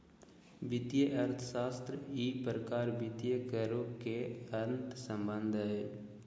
वित्तीय अर्थशास्त्र ई प्रकार वित्तीय करों के अंतर्संबंध हइ